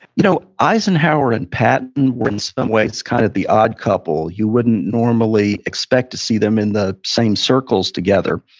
you know eisenhower and patton were in so some ways kind of the odd couple. you wouldn't normally expect to see them in the same circles together,